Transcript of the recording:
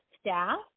staff